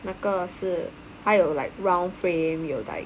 那个是还有 like round frame 有 like